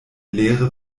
lehre